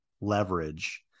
leverage